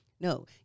no